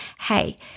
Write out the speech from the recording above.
hey